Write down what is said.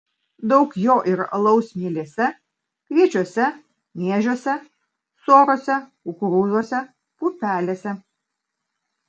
daug jo yra alaus mielėse kviečiuose miežiuose sorose kukurūzuose pupelėse